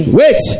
wait